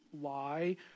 lie